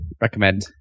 Recommend